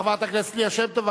חברת הכנסת ליה שמטוב,